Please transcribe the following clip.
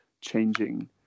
changing